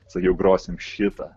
sakiau grosime šitą